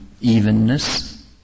evenness